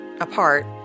apart